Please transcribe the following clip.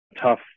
tough